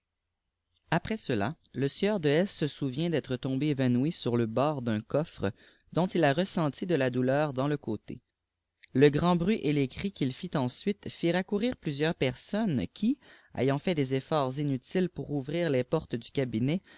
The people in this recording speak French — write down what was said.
après cela le sieur de s se souvient d mreibmbé èvanoui siir lé bord d'un coffre dont il a ressenti de la douleur dans le côté lé grand hruit et les cris qu'il fit ensuite firent accourir plusieurs personnes qui ayant fait des efforts inutiles pour ouvrir les portes dii cabinet